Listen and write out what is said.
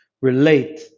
relate